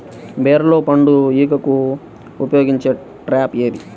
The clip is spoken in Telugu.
బీరలో పండు ఈగకు ఉపయోగించే ట్రాప్ ఏది?